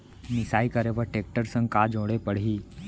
मिसाई करे बर टेकटर संग का जोड़े पड़ही?